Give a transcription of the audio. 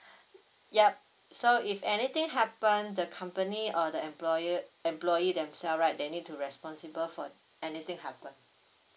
yup so if anything happen the company or the employer employee themself right they need to responsible for anything happen